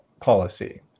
policy